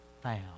found